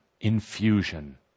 infusion